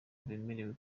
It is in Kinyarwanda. bemerewe